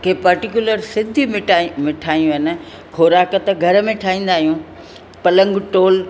के पर्टीकुलर सिंधी मिठायूं आहिनि खोराक त घर में ठाईंदा आहियूं पलंग टोल